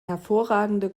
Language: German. hervorragende